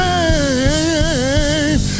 Name